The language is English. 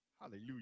Hallelujah